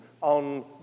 On